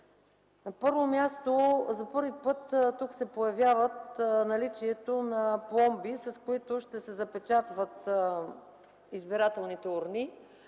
На първо място, за първи път се появява наличието на пломби, с които ще се запечатват избирателните урни.